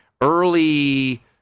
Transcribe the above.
early